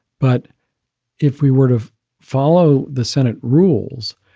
but if we were to follow the senate rules,